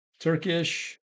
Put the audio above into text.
Turkish